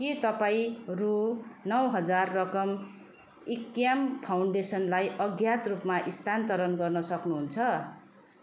के तपाईँ रु नौ हजार रकम इक्याम फाउन्डेसनलाई अज्ञात रूपमा स्थानान्तर गर्न सक्नुहुन्छ